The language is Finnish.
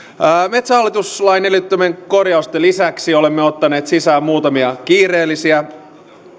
metsähallitus lain edellyttämien korjausten lisäksi olemme ottaneet sisään muutamia kiireellisiä